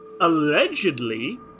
allegedly